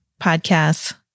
podcasts